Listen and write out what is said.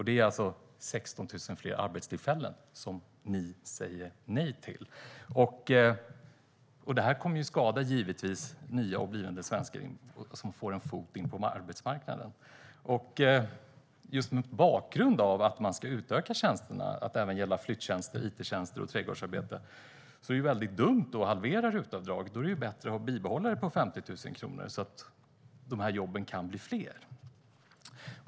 Det är alltså 16 000 fler arbetstillfällen som ni säger nej till. Det kommer givetvis att skada nya och blivande svenskar som får in en fot på arbetsmarknaden. Just mot bakgrund av att man ska utöka tjänsterna till att även gälla flyttjänster, it-tjänster och trädgårdsarbete är det väldigt dumt att halvera RUT-avdraget. Då är det bättre att bibehålla det, på 50 000 kronor, så att de jobben kan bli fler.